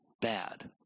bad